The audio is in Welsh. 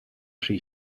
rhy